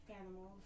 Animals